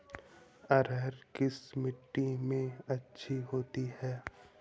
अरहर किस मिट्टी में अच्छी होती है?